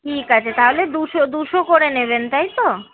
ঠিক আছে তাহলে দুশো দুশো করে নেবেন তাই তো